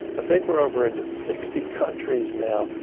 ah think we're over into sixty countries now.